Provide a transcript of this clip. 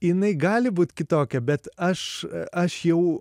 jinai gali būt kitokia bet aš aš jau